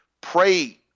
Pray